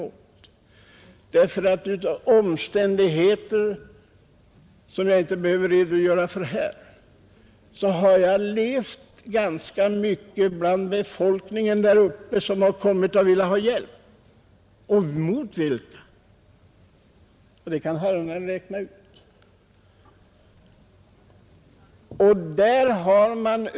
På grund av omständigheter som jag inte behöver redogöra för här har jag levt ganska mycket bland befolkningen där uppe. Man har då kommit och velat få hjälp. Mot vilka? Det kan herrarna räkna ut.